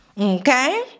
Okay